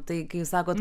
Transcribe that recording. tai kai jūs sakot